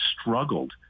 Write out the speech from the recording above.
struggled